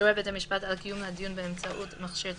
יורה בית המשפט על קיום הדיון באמצעות מכשיר טכנולוגי,